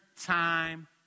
time